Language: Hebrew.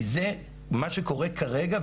כי זה מה שקורה כרגע,